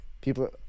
people